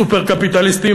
סופר-קפיטליסטים,